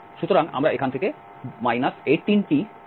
সুতরাং আমরা এখান থেকে 18t পাব